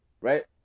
right